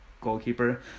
goalkeeper